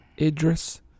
Idris